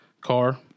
car